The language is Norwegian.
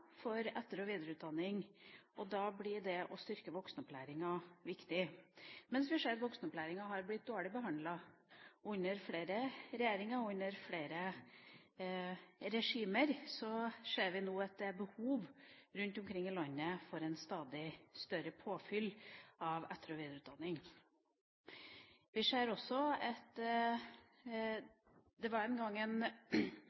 for etter- og videreutdanning, og da blir det å styrke voksenopplæringa viktig. Mens vi ser at voksenopplæringa har blitt dårlig behandlet under flere regjeringer, under flere regimer, ser vi nå at det er behov rundt omkring i landet for et stadig større påfyll av etter- og